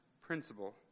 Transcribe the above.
principle